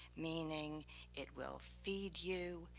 meaning it will feed you,